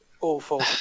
awful